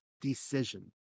decision